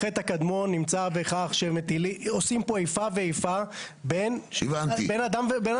החטא הקדמון הוא שעושים פה איפה ואיפה בין אדם ושכנו.